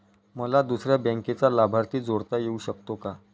मला दुसऱ्या बँकेचा लाभार्थी जोडता येऊ शकतो का?